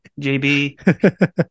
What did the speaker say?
jb